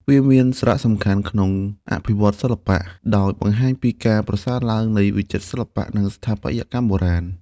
វាមានសារសំខាន់ក្នុងអភិវឌ្ឍន៍សិល្បៈខ្មែរ ដោយបង្ហាញពីការប្រសើរឡើងនៃវិចិត្រសិល្បៈ និងស្ថាបត្យកម្មបុរាណ។